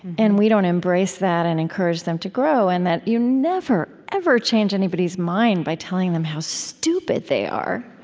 and we don't embrace that and encourage them to grow, and that you never, ever change anybody's mind by telling them how stupid they are,